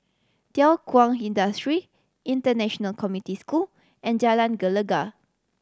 Thow Kwang Industry International Community School and Jalan Gelegar